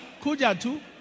Kujatu